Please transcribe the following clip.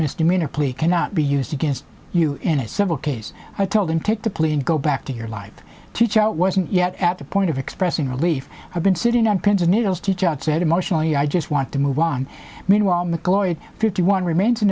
misdemeanor plea cannot be used against you in a civil case i told him take the plea and go back to your life teachout wasn't yet at the point of expressing relief i've been sitting on pins and needles teachout said emotionally i just want to move on meanwhile mccloy fifty one remains in